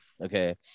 Okay